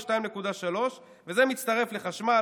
ב-2.3%; וזה מצטרף לחשמל,